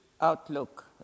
outlook